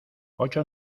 ocho